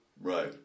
right